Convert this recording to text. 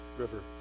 River